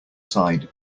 side